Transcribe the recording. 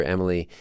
Emily